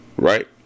right